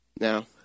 Now